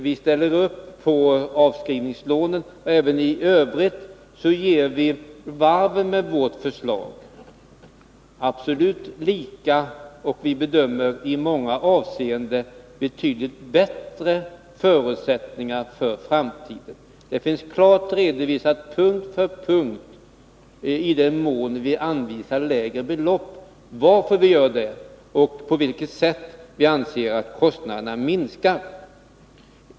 Vi ställer upp på avskrivningslånen, och även i övrigt ger vi med vårt förslag varven absolut lika och — som vi bedömer det — i många avseenden betydligt bättre förutsättningar för framtiden. I den mån vi anvisar lägre belopp finns det punkt för punkt klart redovisat varför vi gör detta och hur kostnaderna enligt vår mening minskar.